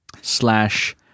slash